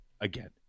again